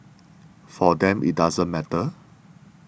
for them it doesn't matter